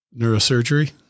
neurosurgery